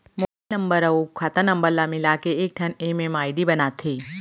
mobile number अउ खाता number ल मिलाके एकठन एम.एम.आई.डी बनाथे